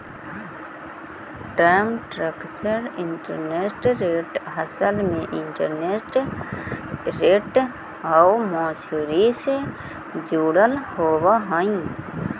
term structure interest rate असल में interest rate आउ मैच्योरिटी से जुड़ल होवऽ हई